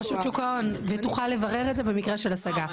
רשות שוק ההון והיא תוכל לברר את זה במקרה של השגה.